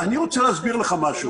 אני רוצה להסביר לך משהו.